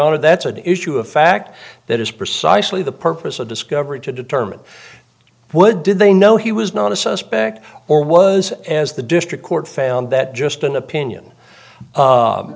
donna that's an issue of fact that is precisely the purpose of discovery to determine what did they know he was not a suspect or was as the district court found that just an opinion